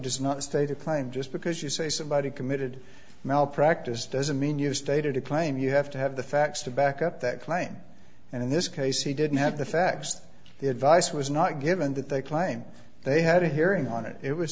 is not a stated claim just because you say somebody committed malpractise doesn't mean you stated a claim you have to have the facts to back up that claim and in this case he didn't have the facts the advice was not given that they claim they had a hearing on it it was